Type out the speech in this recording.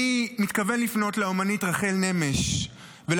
אני מתכוון לפנות לאומנית רחל נמש ולהזמין